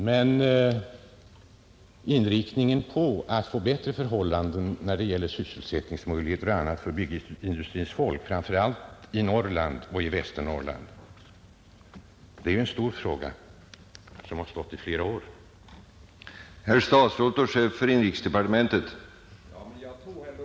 Men nödvändigheten av att få till stånd bättre sysselsättningsmöjligheter och annat för byggindustrins folk, framför allt i Norrland och Västernorrland, är något som har varit synnerligen aktuellt i flera år.